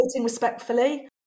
respectfully